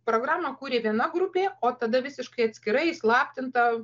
programą kūrė viena grupė o tada visiškai atskirai įslaptinta